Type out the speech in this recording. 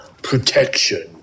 Protection